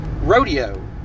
rodeo